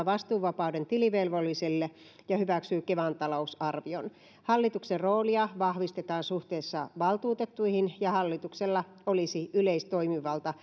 vastuuvapauden tilivelvollisille ja hyväksyy kevan talousarvion hallituksen roolia vahvistetaan suhteessa valtuutettuihin ja hallituksella olisi yleistoimivalta